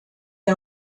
der